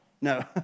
no